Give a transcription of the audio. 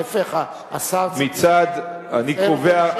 להיפך, השר, מצד, מציין לשבח.